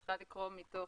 את צריכה לקרוא מתוך